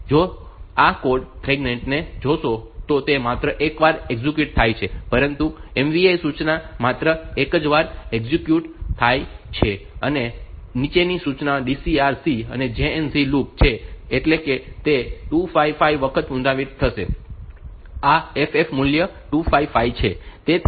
જો તમે આ કોડ ફ્રેગમેન્ટ ને જોશો તો તે માત્ર એક જ વાર એક્ઝિક્યુટ થાય છે પરંતુ MVI સૂચના માત્ર એક જ વાર એક્ઝિક્યુટ થાય છે અને નીચેની સૂચનાઓ જે DCR C અને JNZ લૂપ છે તે એટલે કે તે 255 વખત પુનરાવર્તિત થશે આ FF મૂલ્ય 255 છે